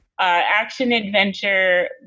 action-adventure